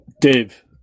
Dave